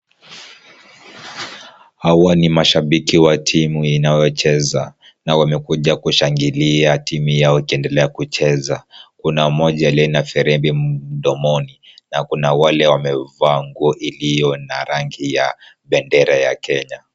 Hawa ni mashabiki wa timu inayocheza na wamekuja kushangilia timu yao ikiendelea kucheza. Kuna mmoja aliye na firimbi mdomoni na kuna wale wamevaa nguo iliyo na rangi ya bendera ya Kenya.